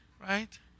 Right